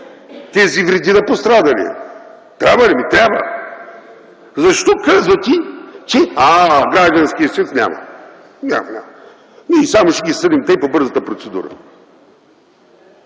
тези вреди на пострадалия. Трябва ли? Трябва! Защо казвате: „Ааа, гражданският съд няма! Няма, няма, ние само ще ги съдим тъй по бързата процедура”.